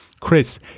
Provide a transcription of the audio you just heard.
Chris